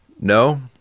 No